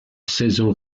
saison